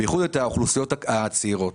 בייחוד את האוכלוסיות הצעירות.